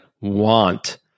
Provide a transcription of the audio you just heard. want